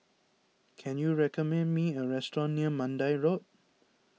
can you recommend me a restaurant near Mandai Road